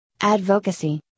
advocacy